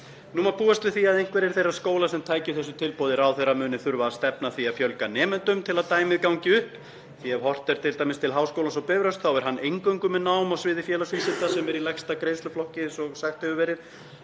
Nú má búast við því að einhverjir þeirra skóla sem tækju þessu tilboði ráðherra myndu þurfa að stefna að því að fjölga nemendum til að dæmið gengi upp. Ef horft er t.d. til Háskólans á Bifröst er hann eingöngu með nám á sviði félagsvísinda sem er í lægsta greiðsluflokki, eins og sagt hefur verið,